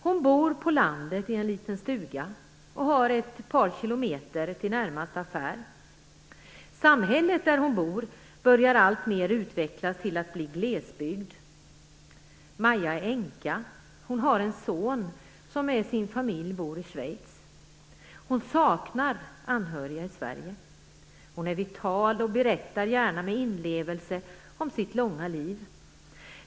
Hon bor på landet i en liten stuga och har ett par kilometer till närmaste affär. Samhället där hon bor börjar alltmer utvecklas till att bli glesbygd. Maja är änka. Hon har en son som med sin familj bor i Schweiz. Hon saknar anhöriga i Sverige. Hon är vital och berättar gärna med inlevelse om sitt långa liv.